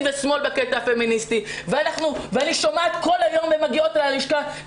ושמאל ואני כל היום שומעת נשים פגועות שמגיעות ללשכה.